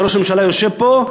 שראש הממשלה יושב פה,